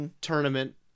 tournament